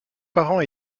parent